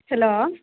hello